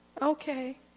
Okay